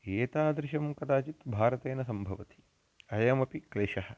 एतादृशं कदाचित् भारते न सम्भवति अयमपि क्लेशः